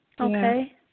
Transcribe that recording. Okay